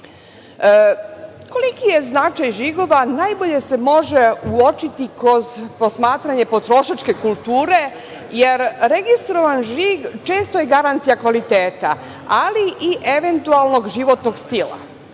je značaj žigova najbolje se može uočiti kroz posmatranje potrošačke kulture jer registrovan žig često je garancija kvaliteta, ali i eventualnog životnog stila.